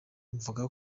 mvuga